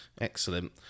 Excellent